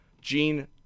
Gene